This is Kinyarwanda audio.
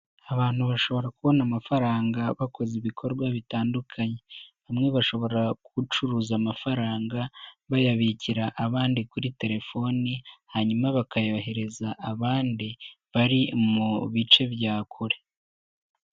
Abantu bashobora kubona amafaranga bakoze ibikorwa bitandukanye, bamwe bashobora gucuruza amafaranga bayabikira abandi kuri telefoni, hanyuma bakayohererereza abandi bari mu bice bya kure.